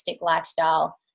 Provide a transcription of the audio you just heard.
lifestyle